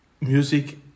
music